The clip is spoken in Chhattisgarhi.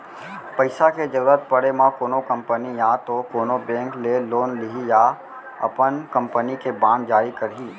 पइसा के जरुरत पड़े म कोनो कंपनी या तो कोनो बेंक ले लोन लिही या अपन कंपनी के बांड जारी करही